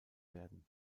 werden